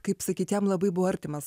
kaip sakyt jam labai buvo artimas